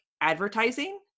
advertising